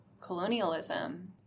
colonialism